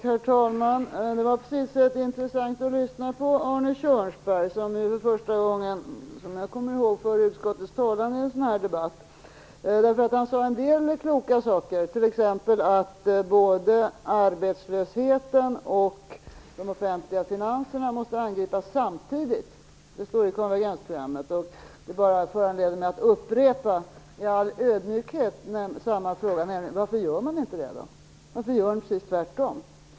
Herr talman! Det var på sitt sätt intressant att lyssna på Arne Kjörnsberg, som såvitt jag kommer ihåg nu för första gången för utskottets talan i en sådan debatt. Han sade en del kloka saker, t.ex. att arbetslösheten och de offentliga finanserna måste angripas samtidigt. Det framhålls i konvergensprogrammet. Det föranleder mig bara att i all ödmjukhet upprepa min fråga: Varför gör ni inte det, utan gör precis tvärtom?